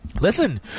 Listen